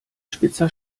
spitzer